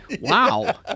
Wow